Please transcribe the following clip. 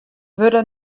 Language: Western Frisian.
wurde